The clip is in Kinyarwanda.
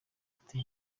ati